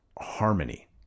harmony